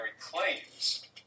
claims